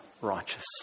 righteous